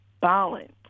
balance